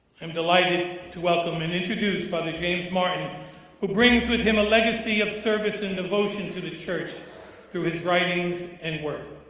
i'm delighted to welcome and introduce father james martin who brings with him a legacy of service and devotion to the church through his writings and work.